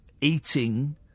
eating